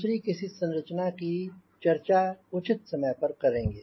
दूसरी किसी संरचना की चर्चा उचित समय पर करेंगे